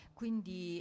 quindi